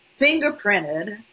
fingerprinted